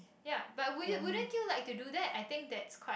ya but would you wouldn't you like to do that I think that's quite